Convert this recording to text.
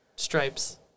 Stripes